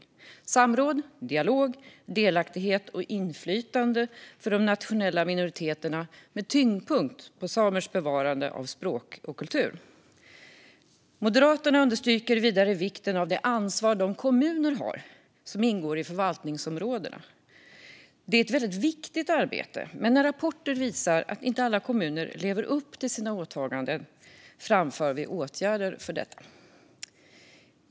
Det ska vara samråd, dialog, delaktighet och inflytande för de nationella minoriteterna med tyngdpunkt på bevarande av det samiska språket och den samiska kulturen. Moderaterna understryker vidare vikten av det ansvar de kommuner har som ingår i förvaltningsområdena. Det är ett mycket viktigt arbete, men när rapporter visar att inte alla kommuner lever upp till sina åtaganden framför vi förslag till åtgärder för detta.